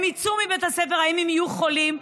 כשהם יצאו מבית הספר אם הם יהיו חולים.